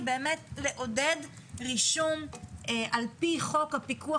היא באמת לעודד רישום על פי חוק הפיקוח